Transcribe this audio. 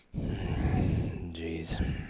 Jeez